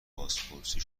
بازپرسی